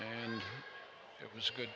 and it was good